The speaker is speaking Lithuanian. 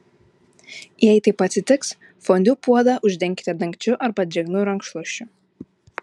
jei taip atsitiks fondiu puodą uždenkite dangčiu arba drėgnu rankšluosčiu